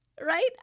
right